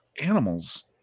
animals